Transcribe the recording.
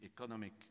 economic